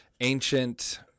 ancient